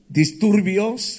disturbios